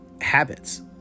habits